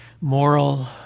moral